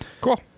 cool